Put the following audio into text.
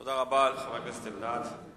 תודה רבה לחבר הכנסת אלדד.